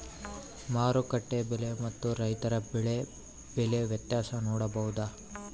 ಮಾರುಕಟ್ಟೆ ಬೆಲೆ ಮತ್ತು ರೈತರ ಬೆಳೆ ಬೆಲೆ ವ್ಯತ್ಯಾಸ ನೋಡಬಹುದಾ?